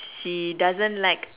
she doesn't like